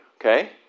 okay